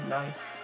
nice